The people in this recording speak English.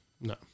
No